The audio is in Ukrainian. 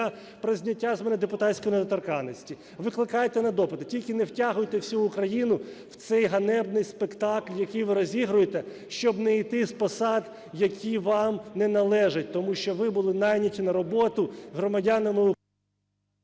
про зняття з мене депутатської недоторканності. Викликайте на допити, тільки не втягуйте всю Україну в цей ганебний спектакль, який ви розігруєте, щоб не іти з посад, які вам не належать, тому що ви були найняті на роботу громадянами…